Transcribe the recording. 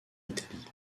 italie